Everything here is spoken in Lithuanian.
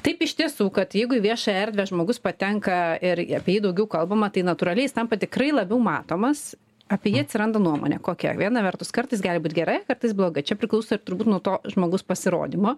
taip iš tiesų kad jeigu į viešąją erdvę žmogus patenka ir apie jį daugiau kalbama tai natūraliai jis tampa tikrai labiau matomas apie jį atsiranda nuomonė kokia viena vertus kartais gali būt gera kartais bloga čia priklauso ir turbūt nuo to žmogaus pasirodymo